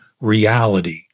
reality